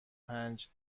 پنج